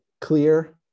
clear